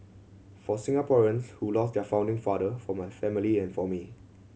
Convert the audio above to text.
for Singaporeans who lost their founding father for my family and for me